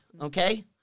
okay